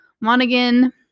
Monaghan